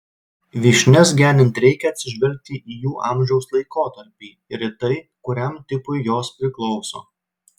vyšnias genint reikia atsižvelgti į jų amžiaus laikotarpį ir į tai kuriam tipui jos priklauso